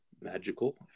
magical